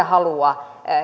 halua